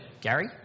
Gary